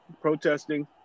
protesting